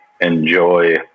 enjoy